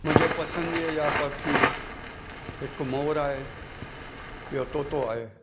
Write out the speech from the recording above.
मुंहिंजे पसंदीअ जा पखी हिक मोर आहे ॿियो तोतो आहे